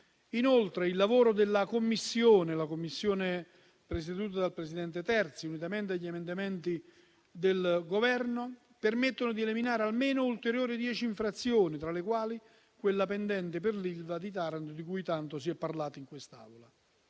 Inoltre, il lavoro della 4a Commissione, presieduta dal presidente Terzi di Sant'Agata, unitamente agli emendamenti del Governo, ha permesso di eliminare almeno ulteriori dieci infrazioni, tra le quali quella pendente per l'Ilva di Taranto, di cui tanto si è parlato in quest'Aula.